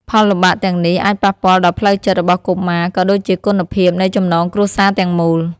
ផលលំបាកទាំងនេះ អាចប៉ះពាល់ដល់ផ្លូវចិត្តរបស់កុមារ ក៏ដូចជាគុណភាពនៃចំណងគ្រួសារទាំងមូល។